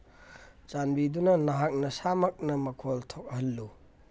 ꯆꯥꯟꯕꯤꯗꯨꯅ ꯅꯍꯥꯛ ꯅꯁꯥꯃꯛꯅ ꯃꯈꯣꯜ ꯊꯣꯛꯍꯜꯂꯨ